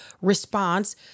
response